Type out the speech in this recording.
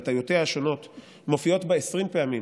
הטיותיהן השונות מופיעות בו 20 פעמים,